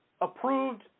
approved